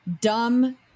Dumb